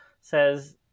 says